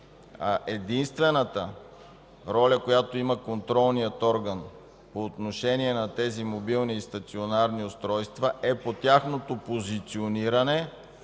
Единствената роля, която има контролният орган по отношение на тези мобилни и стационарни устройства, е по тяхното позициониране